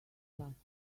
plastics